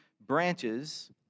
branches